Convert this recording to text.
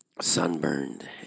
sunburned